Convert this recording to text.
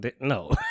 no